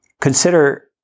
Consider